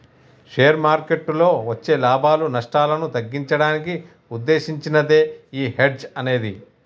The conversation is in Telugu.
షేర్ మార్కెట్టులో వచ్చే లాభాలు, నష్టాలను తగ్గించడానికి వుద్దేశించినదే యీ హెడ్జ్ అనేది